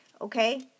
okay